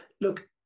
look